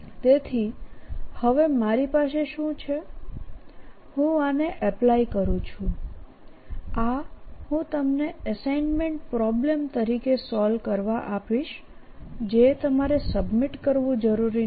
તેથીહવેમારીપાસેશું છેહુંઆને એપ્લાય કરું છુંઆહુંતમને એસાઇન્મેન્ટ પ્રોબ્લેમ તરીકે સોલ્વ કરવા આપીશ જે તમારે સબમીટ કરવું જરૂરી નથી